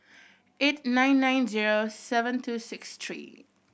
eight nine nine zero seven two six three